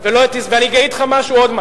אני מאוד מודה לך.